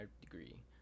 degree